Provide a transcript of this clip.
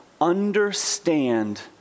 understand